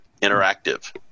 Interactive